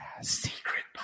Secret